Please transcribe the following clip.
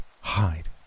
hide